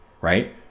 right